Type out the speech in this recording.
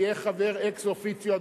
יהיה חבר אקס-אופיציו,